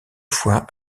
fois